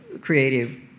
creative